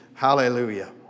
Hallelujah